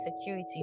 security